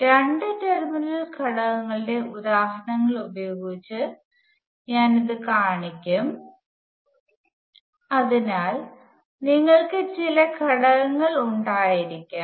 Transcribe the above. രണ്ട് ടെർമിനൽ ഘടകങ്ങളുടെ ഉദാഹരണങ്ങൾ ഉപയോഗിച്ച് ഞാൻ ഇത് കാണിക്കും അതിനാൽ നിങ്ങൾക്ക് ചില ഘടകങ്ങൾ ഉണ്ടായിരിക്കാം